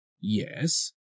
Yes